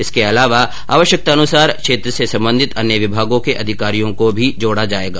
इसके अलावा आवश्यकतानुसार क्षेत्र से सम्बंधित अन्य विभागों के अधिकारियों को भी जोडा जा सकेगा